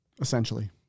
Essentially